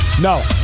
No